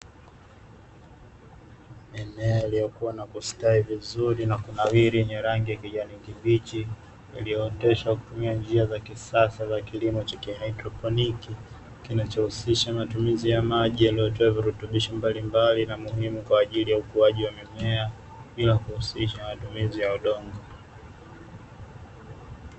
Mimea iliyokua na kustawi vizuri na kunawiri yenye rangi ya kijani kibichi, iliyooteshwa kwa kutumia njia za kisasa za kilimo cha kihaidroponi kinachohusisha matumizi ya maji yaliyotiwa virutubishi mbalimbali na muhimu kwa ajili ya ukuaji wa mimea bila kuhusisha matumizi ya udongo.